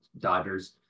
Dodgers